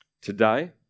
Today